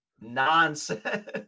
nonsense